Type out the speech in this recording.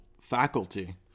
faculty